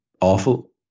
awful